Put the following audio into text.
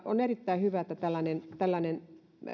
on erittäin hyvä että tällainen tällainen